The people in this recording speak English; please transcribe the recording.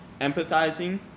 empathizing